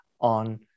on